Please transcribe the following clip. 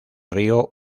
río